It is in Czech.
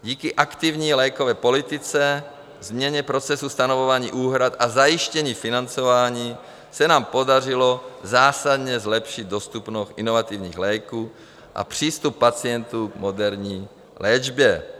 Díky aktivní lékové politice, změně procesu stanovování úhrad a zajištění financování se nám podařilo zásadně zlepšit dostupnost inovativních léků a přístup pacientů k moderní léčbě.